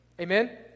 Amen